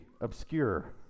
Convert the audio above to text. obscure